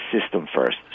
system-first